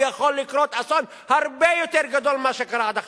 ויכול לקרות אסון הרבה יותר גדול ממה שקרה עד עכשיו.